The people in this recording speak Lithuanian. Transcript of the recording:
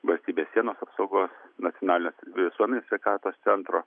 valstybės sienos apsaugos nacionalinio visuomenės sveikatos centro